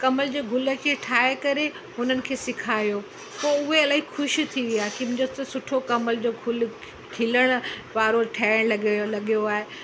कमल जे गुल खे ठाहे करे हुननि खे सिखायो पोइ उहे इलाही ख़ुशि थी विया की मुंहिंजो त सुठो कमल जो गुल खिलण वारो ठहियलु लॻ लॻियो आहे